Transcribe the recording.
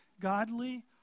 Godly